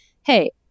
hey